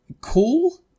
cool